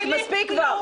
מספיק כבר.